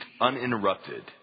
uninterrupted